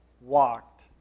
walked